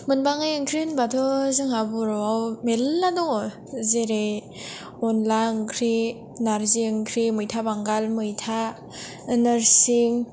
मोनबाङै ओंख्रि होनबाथ' जोंहा बर'वाव मेरला दङ जेरै अनला ओंख्रि नार्जि ओंख्रि मैथा बांगाल मैथा नोरसिं